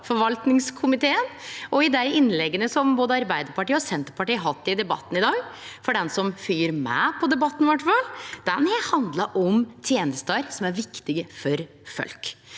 forvaltningskomiteen. Dei innlegga som både Arbeidarpartiet og Senterpartiet har hatt i debatten i dag – for den som fylgjer med på debatten – har handla om tenester som er viktige for folk.